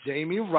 Jamie